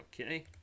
Okay